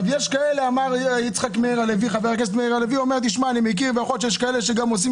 חבר הכנסת מאיר הלוי אומר: יכול להיות כאלה שעושות